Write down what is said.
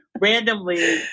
randomly